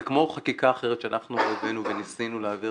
זה כמו חקיקה אחרת שאנחנו הבאנו וניסינו להעביר